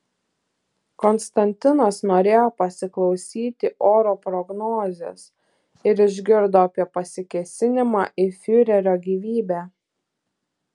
konstantinas norėjo pasiklausyti oro prognozės ir išgirdo apie pasikėsinimą į fiurerio gyvybę